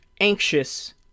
anxious